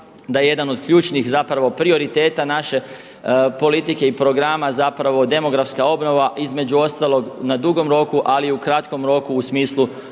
da jedan od ključnih zapravo prioriteta naše politike i programa zapravo demografska obnova, između ostalog na dugom roku ali i u kratkom roku u smislu